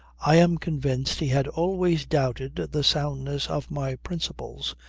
i am convinced he had always doubted the soundness of my principles,